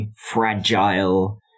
fragile